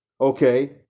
Okay